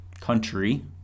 country